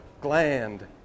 gland